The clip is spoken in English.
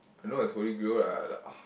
I know is holy grail I I like uh